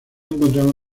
encontraron